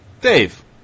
Dave